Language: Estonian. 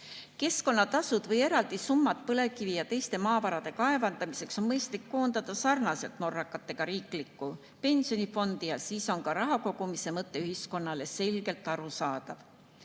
Keskkonnatasud või eraldi summad põlevkivi ja teiste maavarade kaevandamiseks on mõistlik koondada, nii nagu Norras, riiklikku pensionifondi. Siis on ka raha kogumise mõte ühiskonnale selgelt arusaadav.